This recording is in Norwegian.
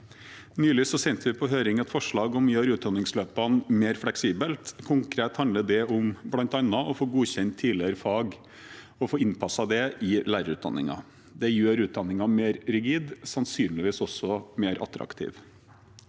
Nylig sendte vi på høring et forslag om å gjøre utdanningsløpene mer fleksible. Konkret handler det om bl.a. å få godkjent tidligere fag og få innpasset det i lærerutdanningen. Det gjør utdanningen mindre rigid og sannsynligvis også mer attraktiv.